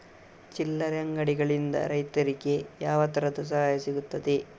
ಚಿಲ್ಲರೆ ಅಂಗಡಿಗಳಿಂದ ರೈತರಿಗೆ ಯಾವ ತರದ ಸಹಾಯ ಸಿಗ್ತದೆ?